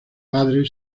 padre